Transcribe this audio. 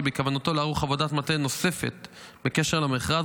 בכוונתו לערוך עבודת מטה נוספת בקשר למכרז,